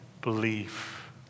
belief